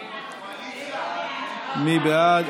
מי בעד?